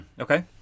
Okay